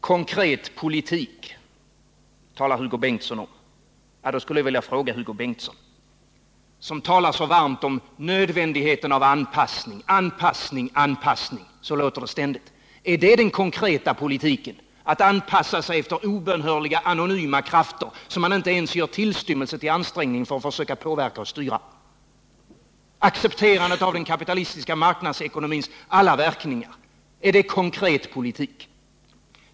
Hugo Bengtsson talar om konkret politik. Jag vill fråga Hugo Bengtsson, som ständigt talar så varmt om nödvändigheten av anpassning: Är det konkret politik att anpassa sig efter obönhörliga, anonyma krafter, som man inte ens gör en tillstymmelse till ansträngning för att försöka påverka och styra? Accepterande av den kapitalistiska marknadsekonomins alla verkningar, är det konkret politik?